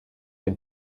den